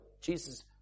Jesus